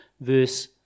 verse